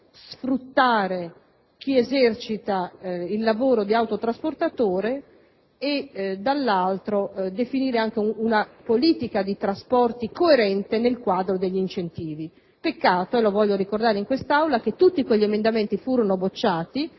sfruttare chi esercita il lavoro di autotrasportatore e, dall'altra parte, per definire una politica di trasporti coerente nel quadro degli incentivi. Peccato (voglio ricordarlo in quest'Aula) che tutti quegli emendamenti furono bocciati